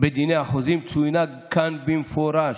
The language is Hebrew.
בדיני החוזים, צוינה כאן במפורש,